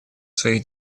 своих